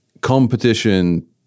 competition